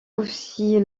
aussi